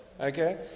Okay